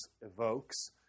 evokes